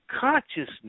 consciousness